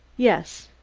yes.